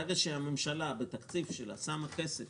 ברגע שהממשלה בתקציב שלה שמה כסף